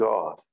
God